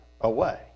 away